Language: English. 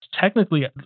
technically